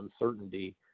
uncertainty